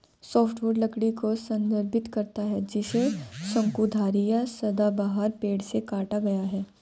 softwood लकड़ी को संदर्भित करता है जिसे शंकुधारी या सदाबहार पेड़ से काटा गया है